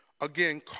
Again